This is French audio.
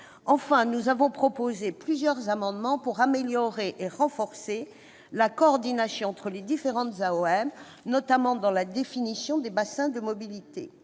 Enfin, nous avons proposé plusieurs amendements pour améliorer et renforcer la coordination entre les différentes AOM, notamment dans la définition des bassins de mobilité.